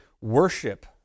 worship